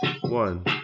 one